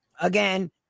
Again